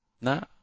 No